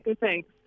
thanks